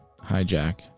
hijack